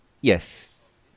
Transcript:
yes